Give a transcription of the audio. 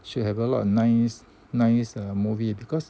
should have a lot of nice nice err movie because